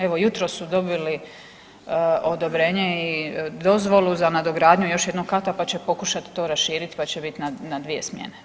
Evo, jutros su dobili odobrenje i dozvolu za nadogradnju još jednog kata pa će pokušati to raširiti pa će biti na 2 smjene.